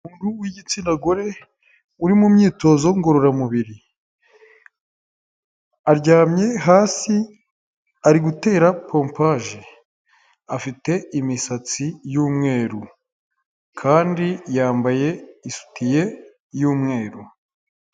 Umuntu w'igitsina gore uri mu myitozo ngororamubiri, aryamye hasi ari gutera pompaje, afite imisatsi y'umweru kandi yambaye isutiye y'umweru.